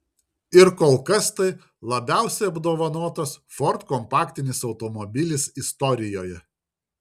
ir kol kas tai labiausiai apdovanotas ford kompaktinis automobilis istorijoje